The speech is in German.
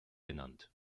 genannt